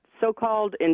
so-called